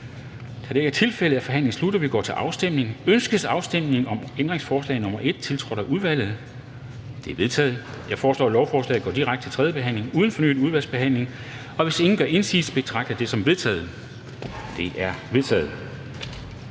13:17 Afstemning Formanden (Henrik Dam Kristensen): Ønskes afstemning om ændringsforslag nr. 1-6, tiltrådt af udvalget? De er vedtaget. Jeg foreslår, at lovforslaget går direkte til tredje behandling uden fornyet udvalgsbehandling. Hvis ingen gør indsigelse, betragter jeg det som vedtaget. Det er vedtaget.